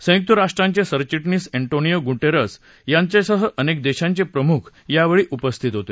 संयुक्त राष्ट्रांचे सरचिटणीस अँटोनियो गुटेरस यांच्यासह अनेक देशांचे प्रमुख यावेळी उपस्थित होते